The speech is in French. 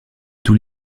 tous